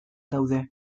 daude